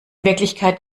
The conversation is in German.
wirklichkeit